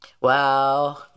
Wow